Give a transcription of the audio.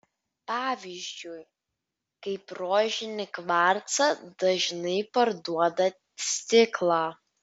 pavyzdžiui kaip rožinį kvarcą dažnai parduoda stiklą